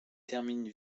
termine